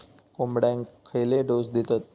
कोंबड्यांक खयले डोस दितत?